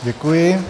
Děkuji.